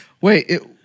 Wait